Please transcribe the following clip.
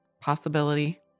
possibility